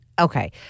Okay